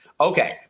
Okay